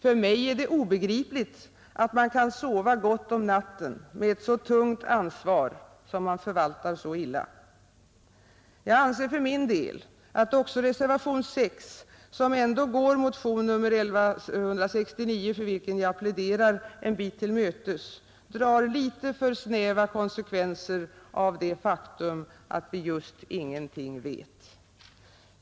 För mig är det obegripligt att man kan sova gott om natten med ett så tungt ansvar som man förvaltar så illa. Jag anser för min del att också reservation 6, som ändå går motion 1169, för vilken jag pläderar, en bit till mötes, drar litet för snäva konsekvenser av det faktum att vi just ingenting vet.